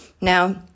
Now